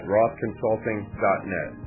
RothConsulting.net